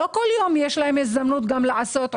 לא כל יום יש להם הזדמנות לעשות עומרה.